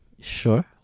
Sure